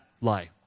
lie